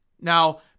Now